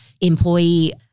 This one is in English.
employee